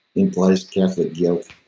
implies catholic guilt.